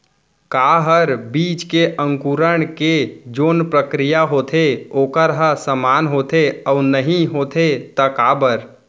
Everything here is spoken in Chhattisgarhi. का हर बीज के अंकुरण के जोन प्रक्रिया होथे वोकर ह समान होथे, अऊ नहीं होथे ता काबर?